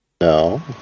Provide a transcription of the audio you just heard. No